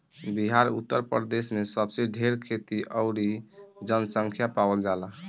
बिहार उतर प्रदेश मे सबसे ढेर खेती अउरी जनसँख्या पावल जाला